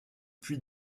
puy